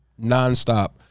nonstop